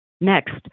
Next